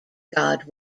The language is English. god